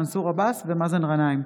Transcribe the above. מנסור עבאס ומאזן גנאים.